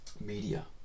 media